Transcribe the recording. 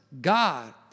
God